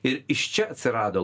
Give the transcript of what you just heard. ir iš čia atsirado